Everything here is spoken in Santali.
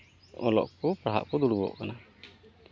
ᱚᱞᱚᱜ ᱠᱚ ᱯᱟᱲᱦᱟᱜ ᱠᱚ ᱫᱩᱲᱩᱵᱚᱜ ᱠᱟᱱᱟ